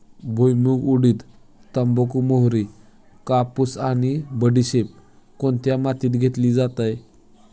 भुईमूग, उडीद, तंबाखू, मोहरी, कापूस आणि बडीशेप कोणत्या मातीत घेतली जाते?